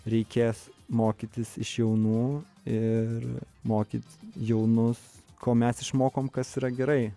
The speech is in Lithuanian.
reikės mokytis iš jaunų ir mokyti jaunus ko mes išmokom kas yra gerai